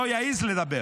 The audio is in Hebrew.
לא יעז לדבר.